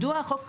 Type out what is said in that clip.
מדוע החוק הוצע?